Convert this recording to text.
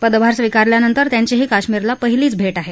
पदभार स्वीकारल्यानंतर त्यांची ही काश्मीरला पहिलीच भे आहे